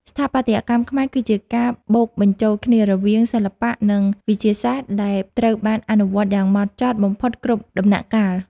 ស្ថាបត្យកម្មខ្មែរគឺជាការបូកបញ្ចូលគ្នារវាងសិល្បៈ និង វិទ្យាសាស្ត្រដែលត្រូវបានអនុវត្តយ៉ាងហ្មត់ចត់បំផុតគ្រប់ដំណាក់កាល។